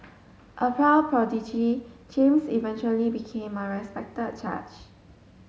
a prodigy James eventually became a respected judge